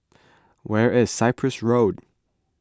where is Cyprus Road